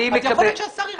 אז יכול להיות שהשר ירצה.